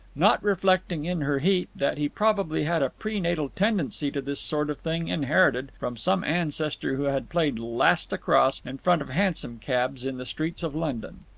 not reflecting in her heat that he probably had a pre-natal tendency to this sort of thing inherited from some ancestor who had played last across in front of hansom cabs in the streets of london.